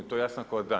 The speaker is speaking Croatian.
To je jasno kao dan.